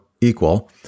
equal